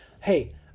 hey